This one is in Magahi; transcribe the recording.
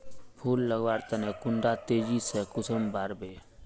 फुल लगवार तने कुंडा तेजी से कुंसम बार वे?